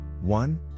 one